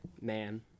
Man